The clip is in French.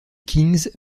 kings